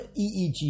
EEG